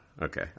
Okay